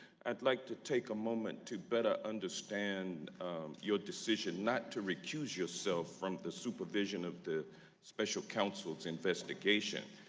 and like to take a moment to better understand your decision not to recuse yourself from the supervision of the special counsel investigation.